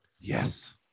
Yes